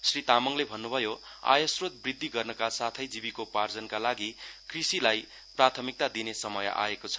श्री तामाङले भन्नुभयो आयद्योत वृद्धि गर्नका साथै जीविकोपार्जनका लागि कृषिलाई प्राथमिकता दिने समय आएको छ